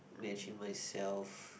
myself